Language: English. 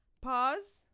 pause